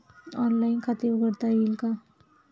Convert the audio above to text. Online खाते उघडता येईल का?